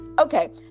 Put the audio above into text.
okay